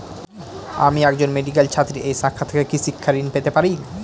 আমি একজন মেডিক্যাল ছাত্রী এই শাখা থেকে কি শিক্ষাঋণ পেতে পারি?